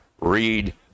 read